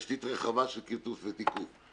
תשתית רחבה של קיצוץ ותיקוף.